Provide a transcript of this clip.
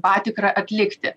patikrą atlikti